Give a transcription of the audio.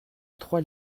trois